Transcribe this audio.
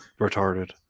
retarded